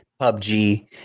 PUBG